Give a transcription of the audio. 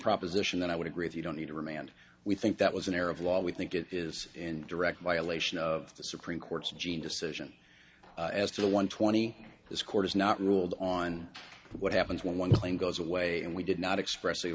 proposition then i would agree if you don't need to remand we think that was an error of law we think it is in direct violation of the supreme court's jean decision as to the one twenty this court has not ruled on what happens when one thing goes away and we did not express